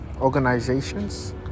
organizations